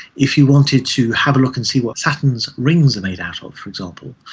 if you wanted to have a look and see what saturn's rings are made and of, for example,